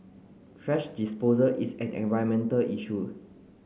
thrash disposal is an environmental issue